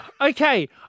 Okay